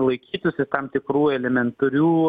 laikytųsi tam tikrų elementarių